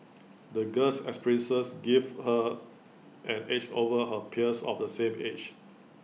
the girl's experiences gave her an edge over her peers of the same age